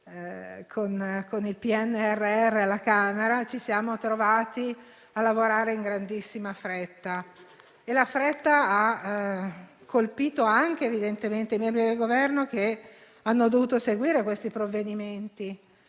del PNRR alla Camera, ci siamo trovati a lavorare in grandissima fretta; una fretta che ha colpito evidentemente anche i membri del Governo che hanno dovuto seguire i provvedimenti,